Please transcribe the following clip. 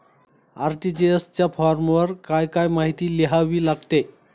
RTGS च्या फॉर्मवर काय काय माहिती लिहावी लागते?